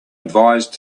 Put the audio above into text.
advised